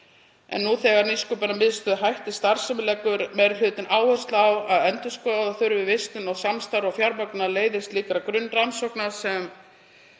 Nú þegar Nýsköpunarmiðstöð hættir starfsemi leggur meiri hlutinn áherslu á að endurskoða þurfi vistun, samstarf og fjármögnunarleiðir slíkra grunnrannsókna sem